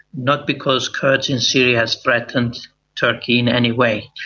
not because kurds in syria have threatened turkey in any way.